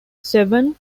seven